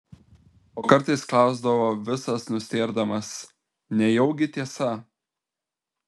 o kartais klausdavo visas nustėrdamas nejaugi tiesa